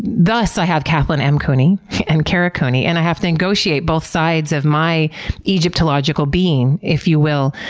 thus, i have kathlyn m. cooney and kara cooney and i have to negotiate both sides of my egyptological being, if you will,